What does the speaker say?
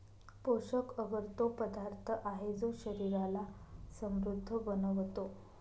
पोषक अगर तो पदार्थ आहे, जो शरीराला समृद्ध बनवतो